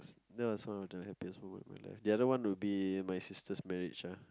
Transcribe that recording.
that was one of the happiest moment lah the other one would be my sister's marriage